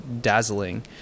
dazzling